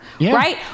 Right